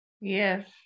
Yes